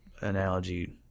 analogy